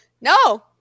No